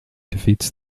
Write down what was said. defeats